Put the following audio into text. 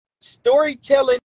Storytelling